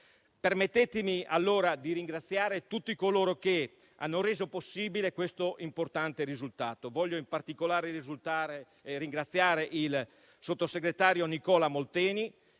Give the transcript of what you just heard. Permettetemi allora di ringraziare tutti coloro che hanno reso possibile questo importante risultato. Desidero in particolare ringraziare il sottosegretario Molteni,